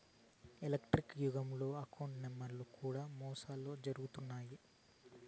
electronics యుగంలో account నెంబర్లు గుండా మోసాలు జరుగుతున్నాయి